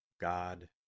God